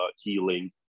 healing